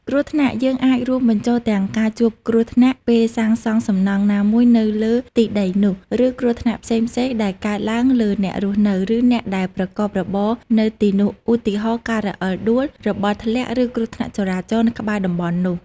គ្រោះថ្នាក់ យើងអាចរួមបញ្ចូលទាំងការជួបគ្រោះថ្នាក់ពេលសាងសង់សំណង់ណាមួយនៅលើទីដីនោះ ឬគ្រោះថ្នាក់ផ្សេងៗដែលកើតឡើងលើអ្នករស់នៅ ឬអ្នកដែលប្រកបរបរនៅទីនោះ។ ឧទាហរណ៍ ការរអិលដួល របស់ធ្លាក់ ឬគ្រោះថ្នាក់ចរាចរណ៍នៅក្បែរតំបន់នោះ។